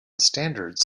standards